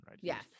Yes